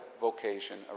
vocation